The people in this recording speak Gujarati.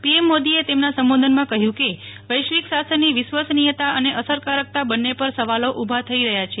પીએમ મોદીએ તેમના સંબોધનમાં કહ્યું કે વૈશ્વિક શાસનની વિશ્વસનીયતા અને અસરકારકતા બંને પર સવાલો ઉભા થઈ રહ્યા છે